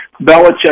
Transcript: Belichick